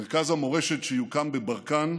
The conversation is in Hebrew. מרכז המורשת שיוקם בברקן,